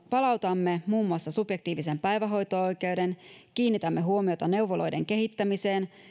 palautamme muun muassa subjektiivisen päivähoito oikeuden kiinnitämme huomiota neuvoloiden kehittämiseen